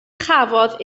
chafodd